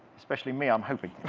especially me, i'm hoping.